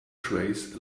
trays